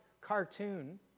cartoon